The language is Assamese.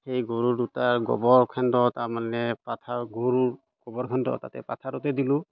সেই গৰু দুটা গোবৰ খান্দো তাৰমানে পাথৰৰ গৰু গোবৰ খান্দো তাতে পথাৰতে দিলোঁ